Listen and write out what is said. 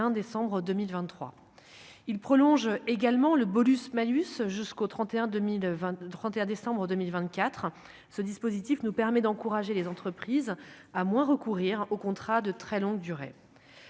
décembre 2023 il prolonge également le bonus malus, jusqu'au 31 2022 31 déc 2024 ce dispositif nous permet d'encourager les entreprises à moins recourir aux contrats de très longue durée,